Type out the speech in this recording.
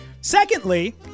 Secondly